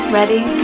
Ready